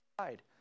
side